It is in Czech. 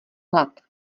hlad